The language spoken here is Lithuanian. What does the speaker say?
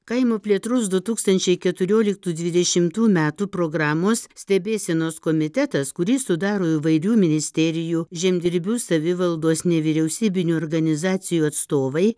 kaimo plėtros du tūkstančiai keturioliktų dvidešimtų metų programos stebėsenos komitetas kurį sudaro įvairių ministerijų žemdirbių savivaldos nevyriausybinių organizacijų atstovai